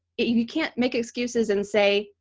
you can't make excuses and say,